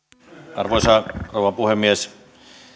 arvoisa rouva puhemies